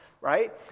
right